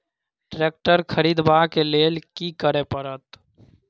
Tractor खरीदबाक लेल की करय परत?